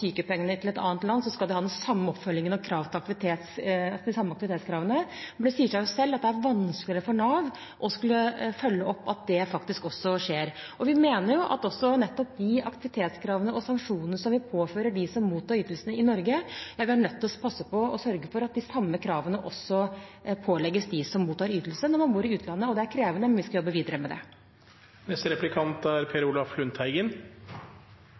et annet land, skal de ha den samme oppfølgingen og de samme aktivitetskravene. Men det sier seg jo selv at det er vanskeligere for Nav å skulle følge opp at det faktisk også skjer. Vi mener at vi er nødt til å passe på og sørge for at de samme aktivitetskravene og sanksjonene som vi påfører dem som mottar ytelsene i Norge, også pålegges dem som mottar ytelser når de bor i utlandet. Det er krevende, men vi skal jobbe videre med det. Først vil jeg takke statsråden for en nøktern vurdering av hva som er